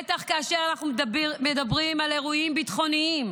בטח כאשר אנחנו מדברים על אירועים ביטחוניים,